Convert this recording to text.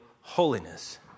holiness